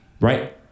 right